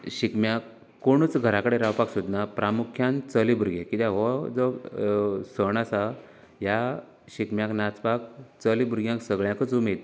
शिगम्याक कोणूच घरां कडेन रावपाक सोदना प्रामुख्यान चले भुरगें कित्याक हो जो सण आसा ह्या शिगम्याक नाचपाक चले भुरग्यांक सगळ्यांकच उमेद